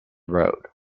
road